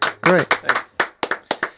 great